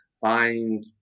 find